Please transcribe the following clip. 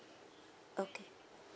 okay